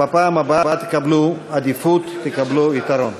בפעם הבאה תקבלו עדיפות, תקבלו יתרון.